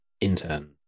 intern